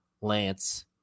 lance